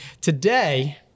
Today